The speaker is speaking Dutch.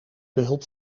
behulp